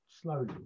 Slowly